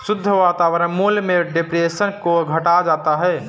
शुद्ध वर्तमान मूल्य में डेप्रिसिएशन को घटाया जाता है